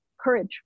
courage